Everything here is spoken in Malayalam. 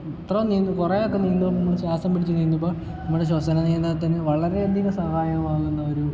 ഇത്ര നീന്തും കുറെ ഒക്കെ നമ്മൾ ശ്വാസം പിടിച്ച് നീന്തുമ്പോൾ നമ്മുടെ ശ്വസന നിയന്ത്രണത്തിന് വളരെ അധികം സഹായം ആകുന്ന ഒരു